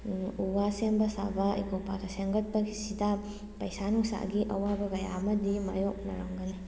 ꯎ ꯋꯥ ꯁꯦꯝꯕ ꯁꯥꯕ ꯏꯀꯣ ꯄꯥꯛꯇ ꯁꯦꯝꯒꯠꯄꯒꯤꯁꯤꯗ ꯄꯩꯁꯥ ꯅꯨꯡꯁꯥꯒꯤ ꯑꯋꯥꯕ ꯃꯌꯥꯝ ꯑꯃꯗꯤ ꯃꯥꯏꯌꯣꯛꯅꯔꯝꯒꯅꯤ